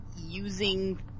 using